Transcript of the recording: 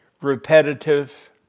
repetitive